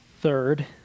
Third